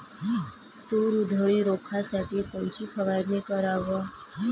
तूर उधळी रोखासाठी कोनची फवारनी कराव?